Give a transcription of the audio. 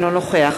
אינו נוכח